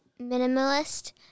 minimalist